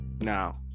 Now